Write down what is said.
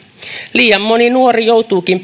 liian moni nuori joutuukin